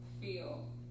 feel